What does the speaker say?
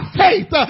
faith